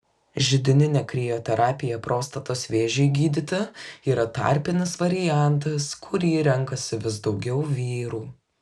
židininė krioterapija prostatos vėžiui gydyti yra tarpinis variantas kurį renkasi vis daugiau vyrų